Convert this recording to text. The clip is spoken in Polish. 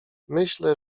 myślę